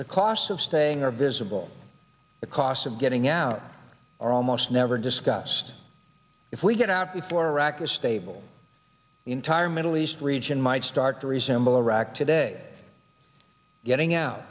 the costs of staying are visible the costs of getting out are almost never discuss if we get out before iraq is stable the entire middle east region might start to resemble iraq today getting out